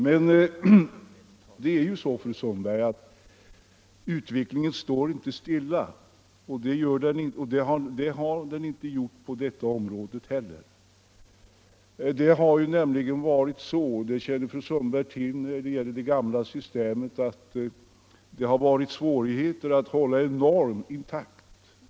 Men det är ju så, fru Sundberg, att utvecklingen inte står stilla, och det har den inte heller gjort på detta område. Det har nämligen, som fru Sundberg känner till, i det gamla systemet varit svårigheter att hålla en norm intakt.